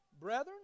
Brethren